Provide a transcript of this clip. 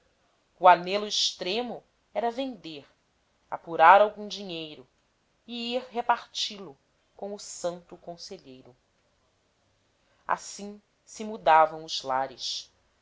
o anelo extremo era vender apurar algum dinheiro e ir reparti lo com o santo conselheiro assim se mudavam os lares